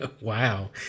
Wow